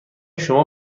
شما